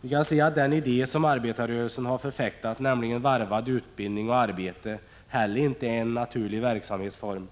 Vi kan se att den idé som arbetarrörelsen har förfäktat, nämligen utbildning varvad med arbete, heller inte är en naturlig form